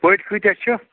پٔٹۍ کۭتیاہ چھِ